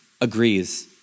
agrees